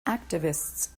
activists